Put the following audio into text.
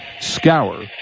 scour